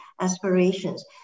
aspirations